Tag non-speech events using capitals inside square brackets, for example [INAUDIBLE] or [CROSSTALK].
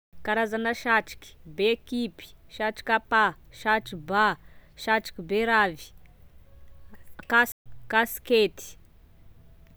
Karazana satroky: bekipy, satroka apa, satro-ba, satroky beravy, [HESITATION] kasi- kasikety